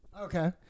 okay